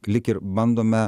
lyg ir bandome